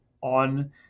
on